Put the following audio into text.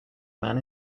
man